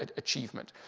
and achievement.